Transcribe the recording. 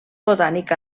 botànic